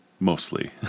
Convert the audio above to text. Mostly